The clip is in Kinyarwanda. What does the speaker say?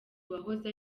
uwahoze